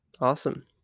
Awesome